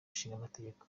nshingamategeko